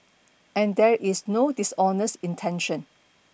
and there is no dishonest intention